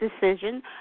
decision